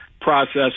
process